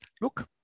look